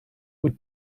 were